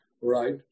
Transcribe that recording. right